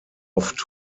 oft